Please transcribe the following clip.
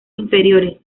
inferiores